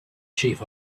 chief